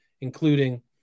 including